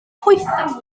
poethaf